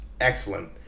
excellent